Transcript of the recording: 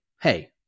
hey